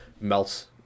melts